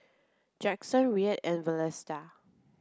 Jackson Rhett and Vlasta